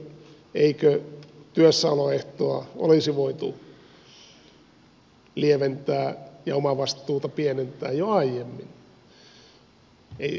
tai eikö työssäoloehtoa olisi voitu lieventää ja omavastuuta pienentää jo aiemmin